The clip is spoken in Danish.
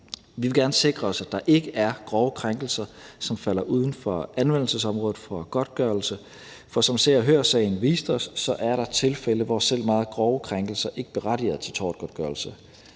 Vi vil gerne sikre os, at der ikke er grove krænkelser, som falder uden for anvendelsesområdet for godtgørelse, for som Se og Hør-sagen viste os er der tilfælde, hvor selv meget grove krænkelser ikke berettiger til tortgodtgørelse.